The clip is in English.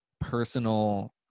personal